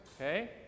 okay